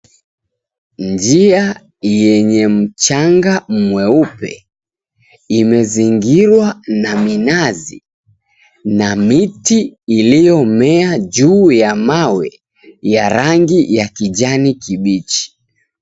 Njia yenye mchanga mweupe, imezingirwa na minazi na miti iliyomea juu ya mawe ya rangi ya kijani kibichi.